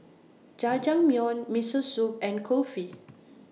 Jajangmyeon Miso Soup and Kulfi